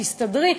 תסתדרי.